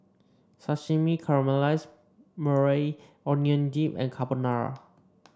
Sashimi Caramelized Maui Onion Dip and Carbonara